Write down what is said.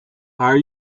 are